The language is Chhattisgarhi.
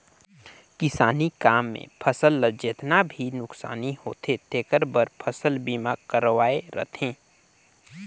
किसानी काम मे फसल ल जेतना भी नुकसानी होथे तेखर बर फसल बीमा करवाये रथें